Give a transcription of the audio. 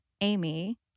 Amy